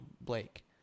blake